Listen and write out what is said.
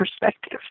perspective